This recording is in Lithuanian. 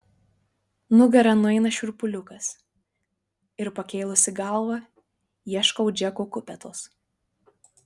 nugara nueina šiurpuliukas ir pakėlusi galvą ieškau džeko kupetos